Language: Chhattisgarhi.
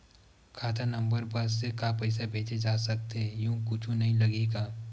खाता नंबर बस से का पईसा भेजे जा सकथे एयू कुछ नई लगही का?